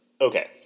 Okay